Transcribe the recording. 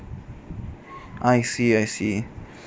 I see I see